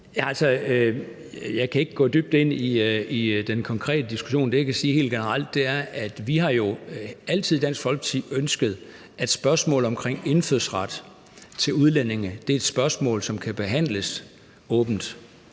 jeg kan ikke gå dybt ind i den konkrete diskussion. Det, jeg kan sige helt generelt, er jo, at vi i Dansk Folkeparti altid har ønsket, at spørgsmålet omkring indfødsret til udlændinge er et spørgsmål, som kan behandles åbent,